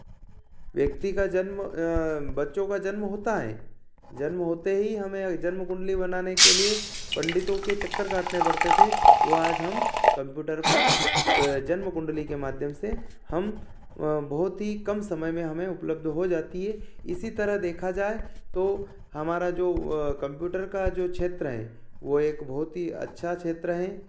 व्यक्ति का जन्म बच्चों का जन्म होता है जन्म होते ही हमें जन्म कुंडली बनाने के लिए पंडितों के चक्कर काटने पड़ते थे वह आज हम कंप्यूटर पर क जन्म कुंडली के माध्यम से हम बहुत ही कम समय में हमें उपलब्ध हो जाती है इसी तरह देखा जाए तो हमारा जो कंप्यूटर का जो क्षेत्र है वह एक बहुत ही अच्छा क्षेत्र हैं